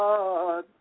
God